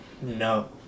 no